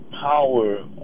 power